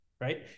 right